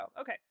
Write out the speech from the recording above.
Okay